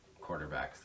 quarterbacks